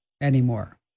anymore